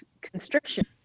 constriction